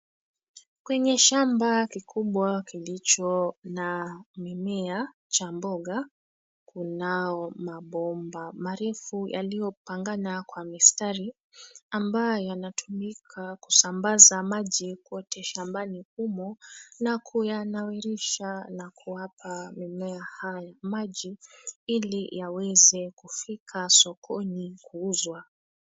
Kwenye shamba kikubwa kilicho na mimea cha mboga kunayo mabomba marefu yaliyopangana kwa mistari ambyo yanatumika kusambaza maji kwote shambani humo na kuyanawirisha na kuyapa mimea hayo maji ili yaweze kufika sokoni kuuzwa.